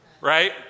right